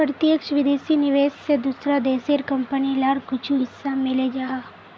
प्रत्यक्ष विदेशी निवेश से दूसरा देशेर कंपनी लार कुछु हिस्सा मिले जाहा